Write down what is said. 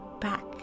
back